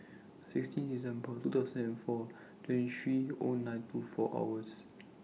sixteen December two thousand and four twenty three O nine two four hours